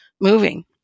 moving